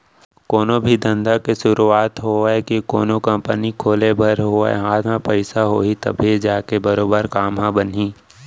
कोनो भी धंधा के सुरूवात होवय के कोनो कंपनी खोले बर होवय हाथ म पइसा होही तभे जाके बरोबर काम ह बनही